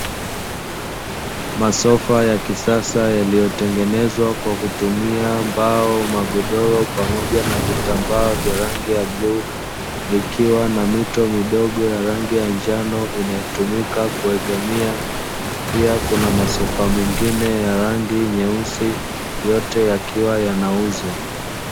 Masofa ya kisasa yaliyotengenezwa kwa kutumia mbao magodoro pamoja na vitambaa vya rangi ya bluu vikiwa na mito midogo ya rangi ya njano inayotumika kuegemea, pia kuna masofa mengine ya rangi nyeusi yote yakiwa yanauzwa.